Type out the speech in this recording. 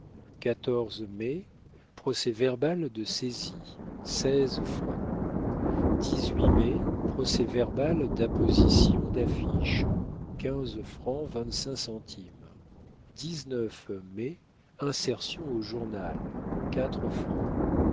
mai procès-verbal de saisie francs mai procès-verbal dposition daffiche centimes mai insertion au journal